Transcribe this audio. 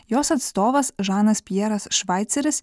jos atstovas žanas pjeras švaiceris